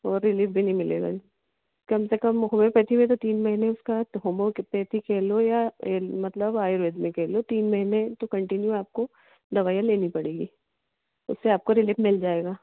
और रीलिफ भी नहीं मिलेगा कम से कम होम्योपैथी में तो तीन महीने उसका तो होम्योपैथिक या एलो या एलो मतलब आयुर्वेद क ले लो तीन महीने तो कंटिन्यू आपको दवाइयाँ लेनी पड़ेगी उससे आपको रिलीफ मिल जाएगा